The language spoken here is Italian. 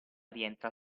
rientra